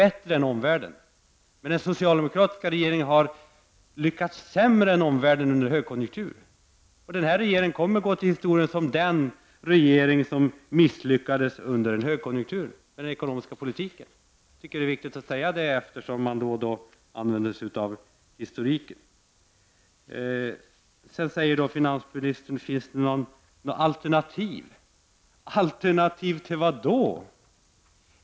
Men den socialdemokratiska regringen har lyckats sämre än omvärlden under en högkonjunktur. Den här regeringen kommer att gå till historien som den regering som misslyckades med den ekonomiska politiken under en högkonjunktur. Jag tycker att det viktigt att säga detta eftersom man då och då använder sig av historik. Finns det något alternativ? sade finansministern. Alternativ till vad då?